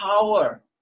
power